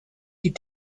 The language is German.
die